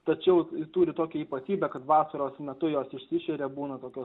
tačiau turi tokią ypatybę kad vasaros metu jos išsišeria būna tokios